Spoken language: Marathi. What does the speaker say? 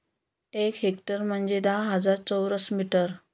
एक हेक्टर म्हणजे दहा हजार चौरस मीटर